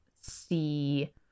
see